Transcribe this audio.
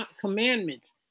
commandments